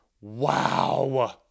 wow